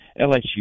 LSU